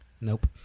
Nope